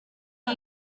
bwe